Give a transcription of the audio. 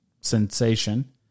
sensation